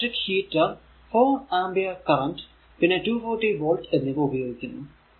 ഒരു electric heater 4 ampere current പിന്നെ 240 volt എന്നിവ ഉപയോഗിക്കുന്നു